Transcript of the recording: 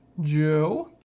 Joe